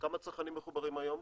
כמה צרכנים מחוברים היום?